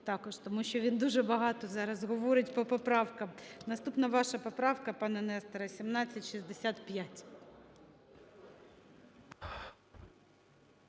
також, тому що він дуже багато зараз говорить по поправкам. Наступна ваша поправка, пане Несторе, 1765.